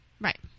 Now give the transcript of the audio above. right